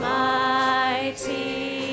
mighty